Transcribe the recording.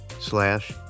slash